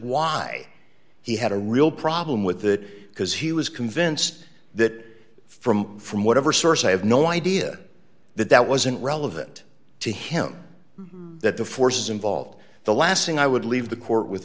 why he had a real problem with that because he was convinced that from from whatever source i have no idea that that wasn't relevant to him that the forces involved the last thing i would leave the court with